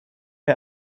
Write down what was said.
der